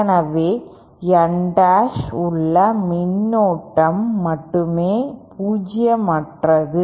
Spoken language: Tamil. எனவே N டாஷ் உள்ள மின்னோட்டம் மட்டுமே பூஜ்ஜியமற்றது